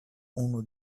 unu